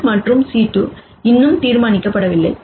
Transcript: C1 மற்றும் C2 இன்னும் தீர்மானிக்கப்படவில்லை